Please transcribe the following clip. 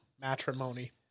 Matrimony